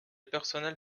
personnel